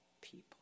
people